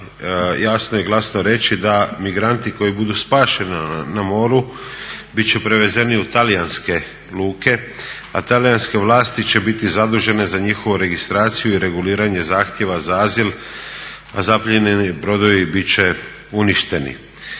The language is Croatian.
jasno i glasno reći da migranti koji budu spašeni na moru bit će prevezeni u talijanske luke, a talijanske vlasti će biti zadužene za njihovu registraciju i reguliranje zahtjeva za azil, a zaplijenjeni brodovi bit će uništeni.